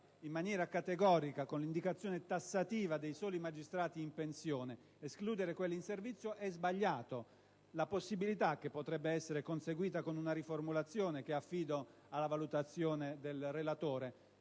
in maniera categorica, attraverso l'indicazione tassativa dei soli magistrati in pensione, quelli in servizio è sbagliato. La possibilità, da conseguire eventualmente con una riformulazione che affido alla valutazione del relatore,